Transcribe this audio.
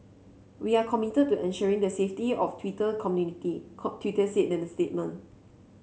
we are committed to ensuring the safety of Twitter community Twitter said in the statement